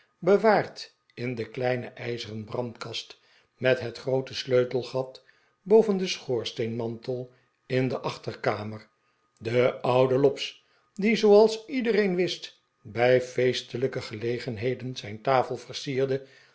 bewaard in de kleine ijzeren brandkast met het groote sleutelgat boven den schoorsteenmantel in de achterkamer den ouden lobbs die zooals iedereen wist bij feestelijke gelegehheden zijn tafel versierde